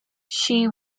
she